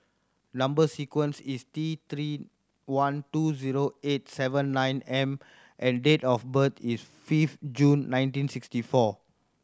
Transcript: number sequence is T Three one two zero eight seven nine M and date of birth is fifth June nineteen sixty four